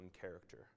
character